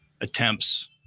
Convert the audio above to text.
attempts